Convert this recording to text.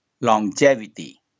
longevity